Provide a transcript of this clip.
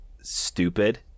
stupid